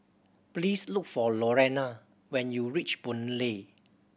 please look for Lorena when you reach Boon Lay